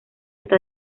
esta